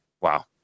Wow